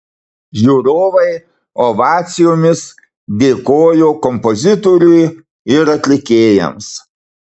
žiūrovai ovacijomis dėkojo kompozitoriui ir atlikėjams